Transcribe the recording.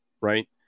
right